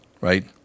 right